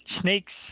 Snakes